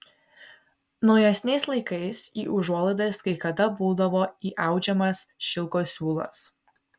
naujesniais laikais į užuolaidas kai kada būdavo įaudžiamas šilko siūlas